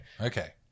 Okay